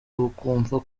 bakumva